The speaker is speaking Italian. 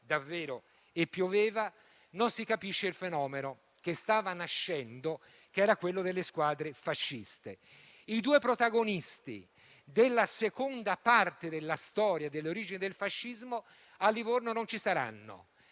e pioveva), il fenomeno che stava nascendo delle squadre fasciste. I due protagonisti della seconda parte della storia delle origini del fascismo a Livorno non ci saranno: